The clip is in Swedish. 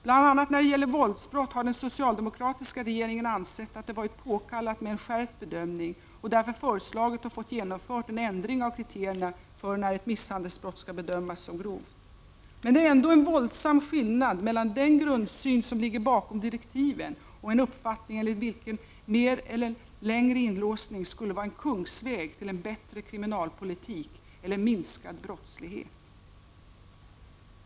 Bl.a. när det gäller våldsbrott har den socialdemokratiska regeringen ansett att det varit påkallat med en skärpt bedömning och därför påkallat och fått genomförd en ändring av kriterierna för när ett misshandelsbrott skall bedömas som grovt. Men det är ändå en våldsam skillnad mellan den grundsyn som ligger bakom direktiven och en uppfattning enligt vilken mer eller längre inlåsning skulle vara en kungsväg till en bättre kriminalpolitik eller minskad brottslighet.